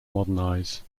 modernize